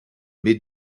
mid